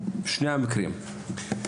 שני המקרים,